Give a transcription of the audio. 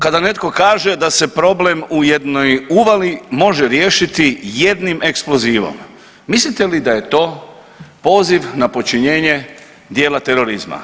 Kada netko kaže da se problem u jednoj uvali može riješiti jednim eksplozivom, mislite li da je to poziv na počinjenje djela terorizma.